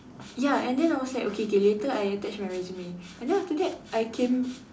ya and then I was like okay K later I attach my resume and then after that I came